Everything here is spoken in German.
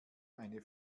eine